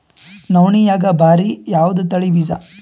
ನವಣಿಯಾಗ ಭಾರಿ ಯಾವದ ತಳಿ ಬೀಜ?